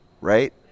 right